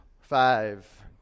Five